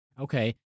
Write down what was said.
Okay